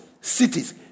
cities